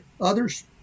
Others